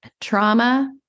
Trauma